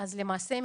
אז למעשה,